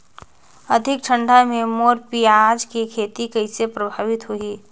अधिक ठंडा मे मोर पियाज के खेती कइसे प्रभावित होही?